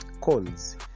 calls